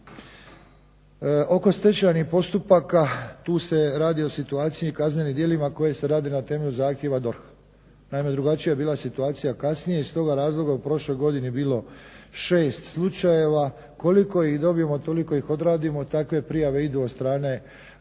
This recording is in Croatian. Oko stečajnih postupaka tu se radi o situaciji i kaznenim djelima koji se rade na temelju zahtjeva DORH-a. Naime drugačija je bila situacija kasnije i iz toga razloga u prošloj godini je bilo 6 slučajeva. Koliko ih dobijemo, toliko ih odradimo. Takve prijave idu od strane